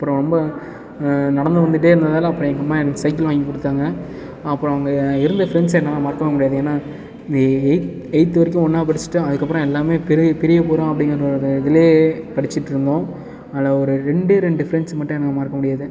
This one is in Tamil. அப்பறம் ரொம்ப நடந்து வந்துகிட்டே இருந்ததால் அப்புறம் எங்கள் அம்மா எனக்கு சைக்கிள் வாங்கி கொடுத்தாங்க அப்புறம் அங்கே இருந்த ஃப்ரண்ட்ஸ் என்னால் மறக்கவே முடியாது ஏன்னால் இந்த எயித் எய்த்து வரைக்கும் ஒன்றா படிச்சுட்டு அதுக்கப்புறம் எல்லாமே பிரி பிரியப்போகிறோம் அப்படிங்கிற ஒரு இதுலே படிச்சுட்ருந்தோம் அதில் ஒரு ரெண்டே ரெண்டு ஃப்ரண்ட்ஸை மட்டும் என்னால் மறக்க முடியாது